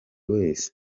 wese